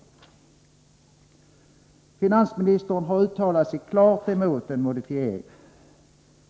Finansministern har uttalat sig klart emot en modifiering.